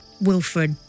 Wilfred